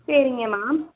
சரிங்கமா